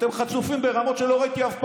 אתם חצופים ברמות שלא ראיתי אף פעם.